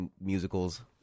musicals